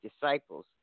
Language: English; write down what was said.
disciples